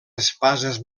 espases